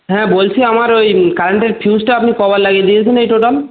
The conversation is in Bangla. হ্যাঁ বলছি আমার ওই কারেন্টের ফিউজটা আপনি কবার লাগিয়ে দিয়েছেন এই টোটাল